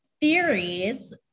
theories